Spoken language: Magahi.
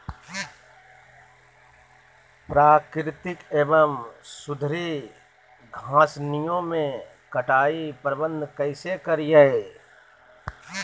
प्राकृतिक एवं सुधरी घासनियों में कटाई प्रबन्ध कैसे करीये?